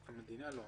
המדינה לא.